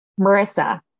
Marissa